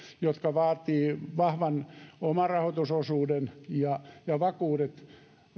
jotka vaativat vahvan omarahoitusosuuden ja ja vakuudet